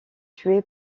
tué